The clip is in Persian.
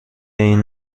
این